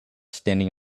standing